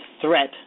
threat